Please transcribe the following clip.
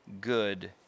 good